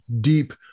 deep